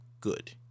good